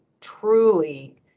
truly